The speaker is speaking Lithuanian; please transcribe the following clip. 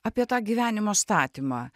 apie tą gyvenimo statymą